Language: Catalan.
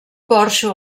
porxo